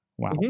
Wow